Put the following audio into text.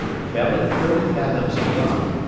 fell at thirty fathoms beyond,